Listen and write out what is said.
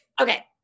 Okay